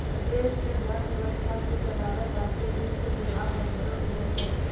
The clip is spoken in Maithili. देश मे धन व्यवस्था के चलावै वासतै वित्त विभाग बनैलो गेलो छै